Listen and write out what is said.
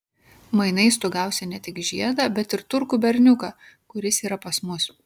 mainais tu gausi ne tik žiedą bet ir turkų berniuką kuris yra pas mus